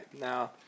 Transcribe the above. now